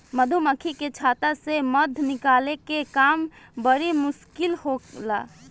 मधुमक्खी के छता से मध निकाले के काम बड़ी मुश्किल होला